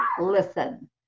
listen